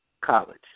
college